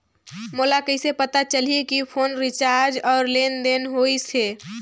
मोला कइसे पता चलही की फोन रिचार्ज और लेनदेन होइस हे?